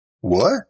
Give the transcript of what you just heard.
What